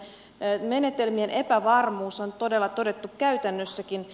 menetel mien epävarmuus on todella todettu käytännössäkin